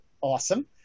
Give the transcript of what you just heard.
Awesome